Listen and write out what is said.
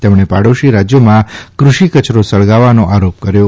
તેમણે પાડોશી રાજ્યોમાં કૃષિ કચરો સળગાવવાનો આરોપ કર્યો